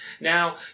Now